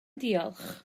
diolch